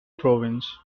province